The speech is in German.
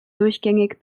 durchgängig